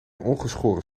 ongeschoren